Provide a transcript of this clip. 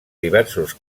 diversos